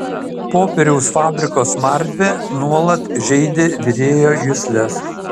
popieriaus fabriko smarvė nuolat žeidė virėjo jusles